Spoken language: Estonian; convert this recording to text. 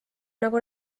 nagu